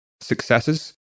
successes